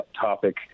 topic